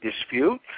dispute